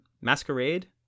Masquerade